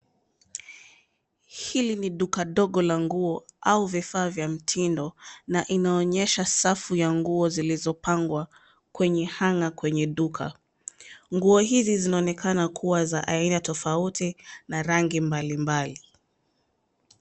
Hili ni duka dogo la nguo au vifaa vya mtindo na inaonyesha safu ya nguo zilizopangwa kwenye (cs)hanger(cs) kwenye duka. Nguo hizi zinaonekana kuwa za aina tofauti na rangi mbalimbali.